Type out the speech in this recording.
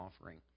offering